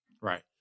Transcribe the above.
Right